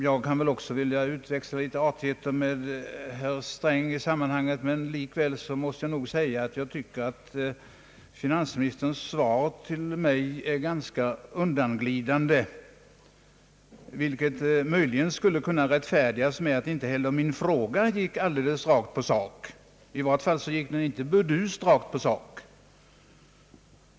Jag skulle väl också kunna inleda med en artighet till herr Sträng, men jag måste nog tyvärr säga att finansministerns svar till mig är ganska undanglidande, vilket möjligen skulle kunna rättfärdigas med att inte heller min fråga gick rakt på sak — i vart fall inte så där burdust rakt på sak.